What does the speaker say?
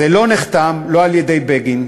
זה נחתם לא על-ידי בגין,